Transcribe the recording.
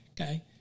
Okay